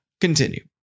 Continue